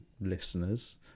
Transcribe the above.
listeners